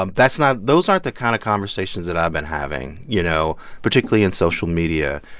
um that's not those aren't the kind of conversations that i've been having, you know, particularly in social media.